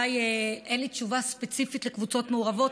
אין לי תשובה ספציפית על קבוצות מעורבות,